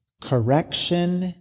correction